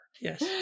yes